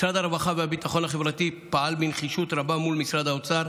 משרד הרווחה והביטחון החברתי פעל בנחישות רבה מול משרד האוצר